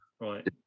Right